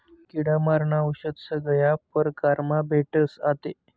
किडा मारानं औशद सगया परकारमा भेटस आते